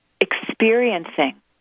experiencing